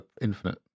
Infinite